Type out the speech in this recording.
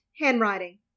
handwriting